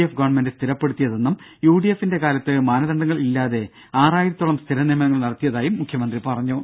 F government സ്ഥിരപ്പെടുത്തിയതെന്നും യുഡിഎഫിന്റെ കാലത്ത് മാനദണ്ഡങ്ങൾ ഇല്ലാതെ ആറായിരത്തോളം സ്ഥിര നിയമനങ്ങൾ നടത്തിയതായും മുഖ്യമന്ത്രി പറഞ്ഞു